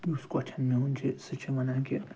یُس کۄچن میٛون چھُ سُہ چھُ وَنان کہِ